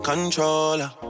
Controller